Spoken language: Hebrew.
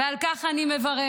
ועל כך אני מברכת,